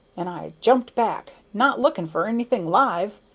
and i jumped back, not looking for anything live,